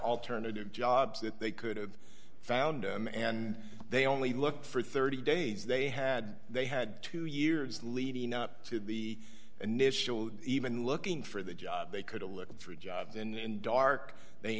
alternative jobs that they could have found and they only look for thirty days they had they had two years leading up to the initial even looking for the job they could a look at three jobs and dark they